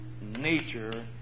nature